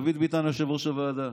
דוד ביטן היה יושב-ראש הוועדה,